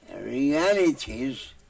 realities